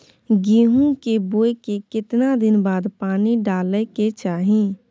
गेहूं के बोय के केतना दिन बाद पानी डालय के चाही?